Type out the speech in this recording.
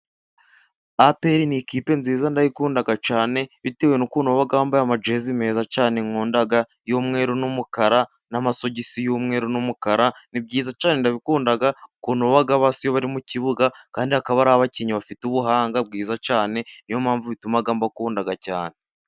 APR ni ikipe nziza ndayikunda cyane bitewe n'ukuntu baba bambaye amajezi meza cyane nkunda y'umweru n'umukara, n'amasogisi y'umweru n'umukara. Ni byiza cyane ndabikunda ukuntu baba basa bari mu kibuga, kandi bakaba ari abakinnyi bafite ubuhanga bwiza cyane. Niyo mpamvu ituma mbakunda cyane.